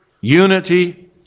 unity